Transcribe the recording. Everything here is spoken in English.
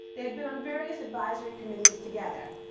they had been on various advisory committees together.